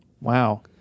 Wow